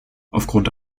aufgrund